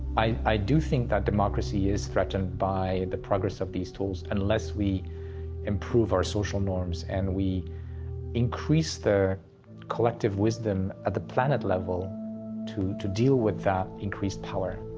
i, i do think that democracy is threatened by the progress of these tools unless we improve our social norms and we increase the collective wisdom at the planet level to, to deal with that increased power.